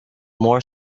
more